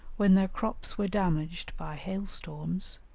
when their crops were damaged by hail-storms,